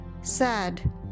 sad